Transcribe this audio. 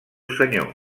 senyor